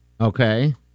Okay